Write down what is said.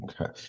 okay